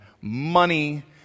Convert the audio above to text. money